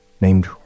named